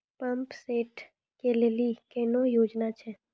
Pump set केलेली कोनो योजना छ?